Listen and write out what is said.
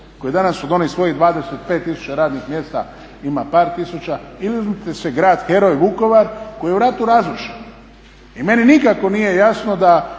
koji danas od onih svojih 25 tisuća radnih mjesta ima par tisuća i uzmite si grad heroj Vukovar koji je u ratu razrušen. I meni nikako nije jasno da